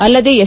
ಅಲ್ಲದೆ ಎಸ್